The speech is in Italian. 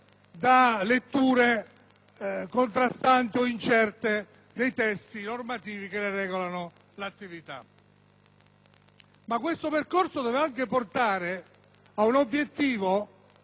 da letture contrastanti o incerte dei testi normativi che ne regolano l'attività. Questo percorso dovrà portare anche